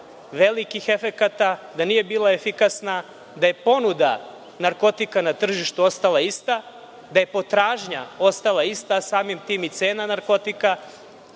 velikih efekata, da nije bila efikasna da je ponuda narkotika na tržištu ostala ista, da je potražnja ostala ista, a samim tim i cena narkotika,